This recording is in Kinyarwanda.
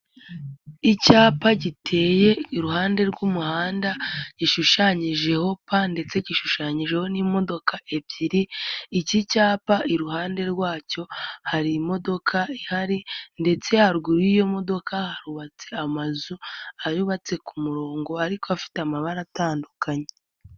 Icyapa giteye iruhande rw'umuhanda gishushanyijeho pa ndetse gishushanyijeho n'imodoka ebyiri iki cyapa iruhande rwacyo hari imodoka ihari ndetse haruguru y'iyo modoka hubatse amazu ayubatse ku murongo ariko afite amabara atandukanye.